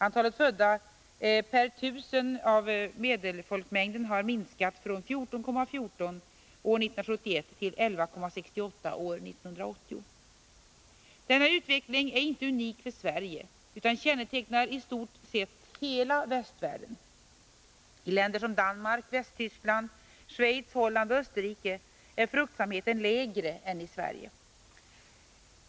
Antalet födda per 1000 av medelfolkmängden har minskat från 14,14 år 1971 till 11,68 år 1980. Denna utveckling är inte unik för Sverige utan kännetecknar i stort sett hela västvärlden. I länder som Danmark, Västtyskland, Schweiz, Holland och Österrike är fruktsamheten lägre än i Sverige.